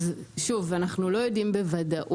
שוב, אנחנו לא יודעים בוודאות.